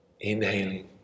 Inhaling